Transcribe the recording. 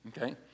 Okay